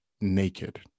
naked